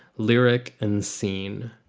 lyric and scene.